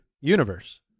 universe